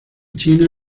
china